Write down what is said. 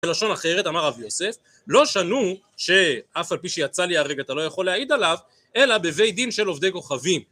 בלשון אחרת אמר אבי יוסף, לא שנו שאף על פי שיצא לי הרגע אתה לא יכול להעיד עליו, אלא בבי דין של עובדי כוכבים